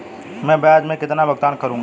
मैं ब्याज में कितना भुगतान करूंगा?